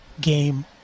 game